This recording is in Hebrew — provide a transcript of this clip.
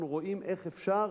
אנחנו רואים איך אפשר,